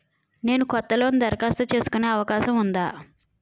నేను కొత్త లోన్ దరఖాస్తు చేసుకునే అవకాశం ఉందా?